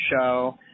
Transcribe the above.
show